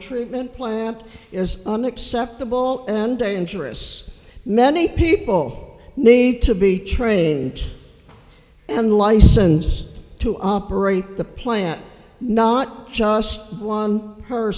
treatment plant is unacceptable and dangerous many people need to be trained and licensed to operate the plant not just one